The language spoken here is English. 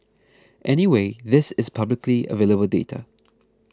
anyway this is publicly available data